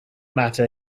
matter